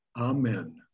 Amen